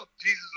Jesus